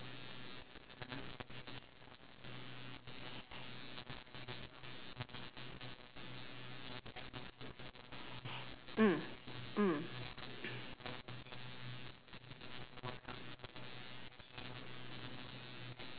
mm mm